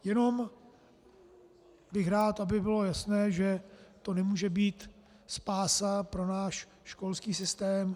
Jenom bych rád, aby bylo jasné, že to nemůže být spása pro náš školský systém.